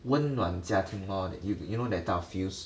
温暖家庭 lor th~ you know that type of feels